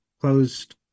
closed